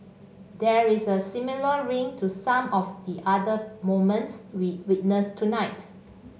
there is a similar ring to some of the other moments we witnessed tonight